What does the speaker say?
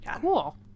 Cool